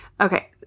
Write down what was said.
Okay